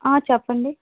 చెప్పండి